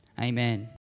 Amen